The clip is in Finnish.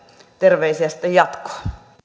terveisiä sitten jatkoon